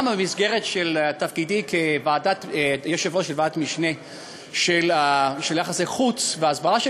גם במסגרת תפקידי כיושב-ראש ועדת המשנה ליחסי חוץ והסברה,